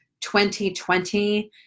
2020